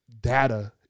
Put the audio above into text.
data